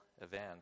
event